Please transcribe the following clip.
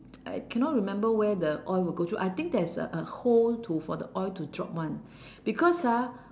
I cannot remember where the oil will go through I think there's a a hole for the oil to drop [one] because ah